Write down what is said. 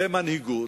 ומנהיגות,